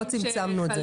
פה צמצמנו את זה.